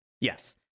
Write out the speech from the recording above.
Yes